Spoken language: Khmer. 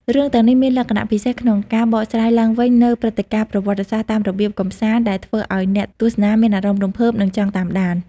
រឿងទាំងនេះមានលក្ខណៈពិសេសក្នុងការបកស្រាយឡើងវិញនូវព្រឹត្តិការណ៍ប្រវត្តិសាស្ត្រតាមរបៀបកម្សាន្ត ដែលធ្វើឲ្យអ្នកទស្សនាមានអារម្មណ៍រំភើប និងចង់តាមដាន។